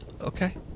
Okay